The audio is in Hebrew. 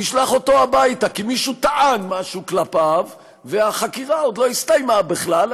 נשלח אותו הביתה כי מישהו טען משהו כלפיו והחקירה עוד לא הסתיימה בכלל,